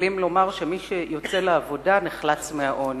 לומר שמי שיוצא לעבודה נחלץ מהעוני.